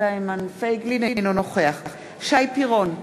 אינו נוכח שי פירון,